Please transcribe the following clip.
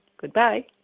Goodbye